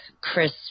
Chris